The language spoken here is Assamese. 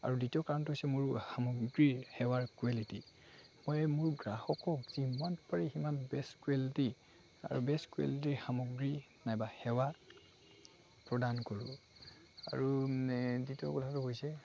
আৰু দ্বিতীয় কাৰণটো হৈছে মোৰ সামগ্ৰীৰ সেৱাৰ কোৱালিটী মই মোৰ গ্ৰাহকক যিমান পাৰি সিমান বেষ্ট কোৱালিটি আৰু বেষ্ট কুৱালিটিৰ সামগ্ৰী নাইবা সেৱা প্ৰদান কৰোঁ আৰু এই দ্বিতীয় কথাটো হৈছে